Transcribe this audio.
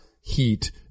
heat